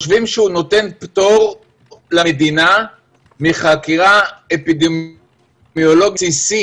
נותן פטור למדינה מחקירה אפידמיולוגית.